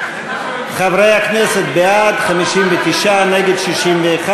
אנחנו מצביעים על ההסתייגות של חבר הכנסת מיקי לוי לסעיף 2,